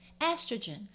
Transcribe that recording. Estrogen